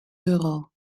euro